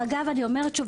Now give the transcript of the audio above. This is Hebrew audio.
שוב,